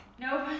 Nope